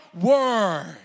word